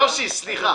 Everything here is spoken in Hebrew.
יושי, סליחה.